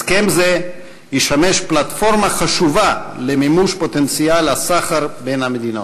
הסכם זה ישמש פלטפורמה חשובה למימוש פוטנציאל הסחר בין המדינות.